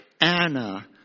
Anna